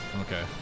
Okay